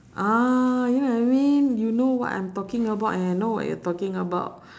ah you know what I mean you know what I'm talking about and I know what you're talking about